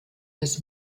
des